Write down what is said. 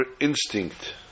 instinct